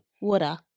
Water